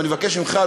ואני מבקש ממך,